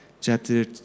chapter